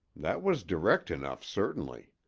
that was direct enough, certainly.